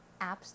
apps